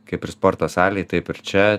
kaip ir sporto salėje taip ir čia